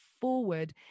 forward